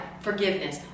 forgiveness